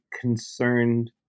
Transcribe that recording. concerned